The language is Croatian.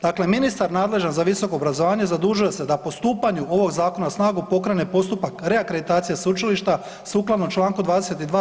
Dakle, ministar nadležan za visokoobrazovanje zadužuje se da po stupanju ovog zakona na snagu pokrene postupak reakreditacije sveučilišta sukladno Članku 22.